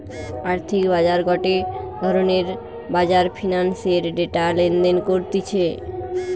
আর্থিক বাজার গটে ধরণের বাজার ফিন্যান্সের ডেটা লেনদেন করতিছে